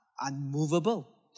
unmovable